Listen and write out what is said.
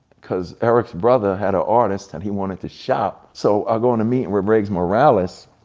cause eric's brother had a artist and he wanted to shop. so, i go in a meeting with riggs morales,